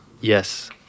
yes